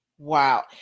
wow